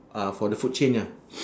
ah for the food chain ya